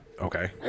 Okay